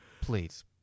Please